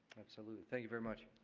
absolutely. thank you very much.